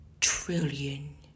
trillion